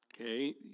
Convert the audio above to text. okay